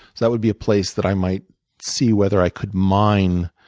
that would be a place that i might see whether i could mine